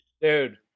dude